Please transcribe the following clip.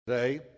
today